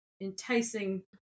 enticing